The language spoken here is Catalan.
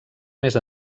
més